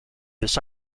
this